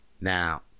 Now